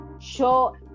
Show